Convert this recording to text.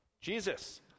Jesus